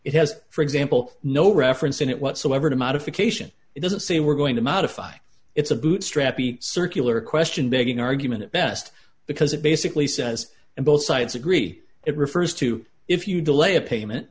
it has for example no reference in it whatsoever to modification it doesn't say we're going to modify it's a bootstrap the circular question begging argument at best because it basically says and both sides agree it refers to if you delay a payment